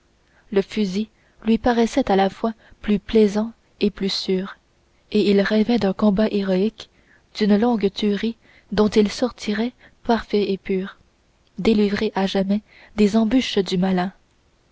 le fusil lui paraissait à la fois plus plaisant et plus sûr et il rêvait d'un combat héroïque d'une longue tuerie dont il sortirait parfait et pur délivré à jamais des embûches du malin